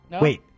Wait